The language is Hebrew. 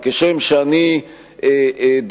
כשם שאני דואג,